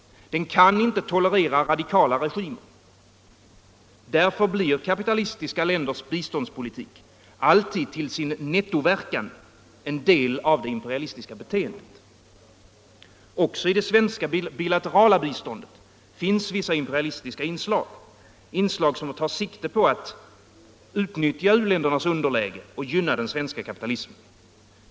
Den kan inte tolerera radikala regimer. Därför blir kapitalistiska länders biståndspolitik alltid till sin nettoverkan en del av det imperialistiska beteendet. Också i det svenska bilaterala biståndet finns vissa imperialistiska inslag, inslag som tar sikte på att utnyttja u-ländernas underläge och gynna den svenska kapitalismen.